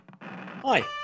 Hi